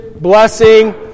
blessing